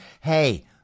Hey